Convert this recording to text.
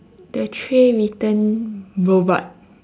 the tray return robot